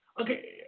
Okay